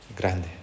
grande